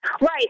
Right